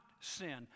sin